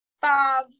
five